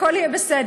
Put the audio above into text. הכול יהיה בסדר.